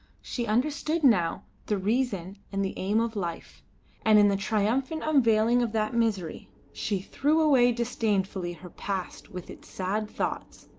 she understood now the reason and the aim of life and in the triumphant unveiling of that mystery she threw away disdainfully her past with its sad thoughts,